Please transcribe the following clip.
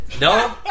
No